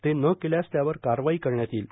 ते न केल्यास त्यावर कारवाई करण्यात येईल